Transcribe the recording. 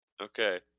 Okay